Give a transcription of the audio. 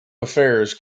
affairs